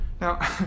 Now